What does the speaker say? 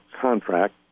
contract